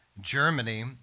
germany